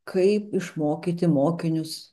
kaip išmokyti mokinius